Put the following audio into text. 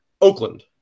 Oakland